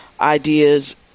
ideas